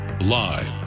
Live